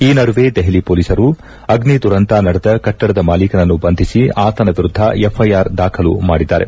ಈ ನಡುವೆ ದೆಹಲಿ ಹೊಲೀಸರು ಅಗ್ನಿ ದುರಂತ ನಡೆದ ಕಟ್ಟಡದ ಮಾಲೀಕನನನ್ನು ಬಂಧಿಸಿ ಆತನ ವಿರುದ್ಧ ಎಫ್ಐಆರ್ ದಾಖಲು ಮಾಡಿದ್ದಾರೆ